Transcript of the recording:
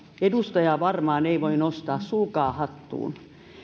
edustaja varmaan ei voi nostaa sulkaa hattuun